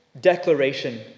declaration